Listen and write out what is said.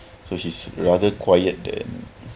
so she's rather quiet than